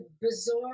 bizarre